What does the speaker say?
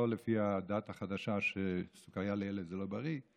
לא לפי הדת החדשה שסוכריה לילד זה לא בריא,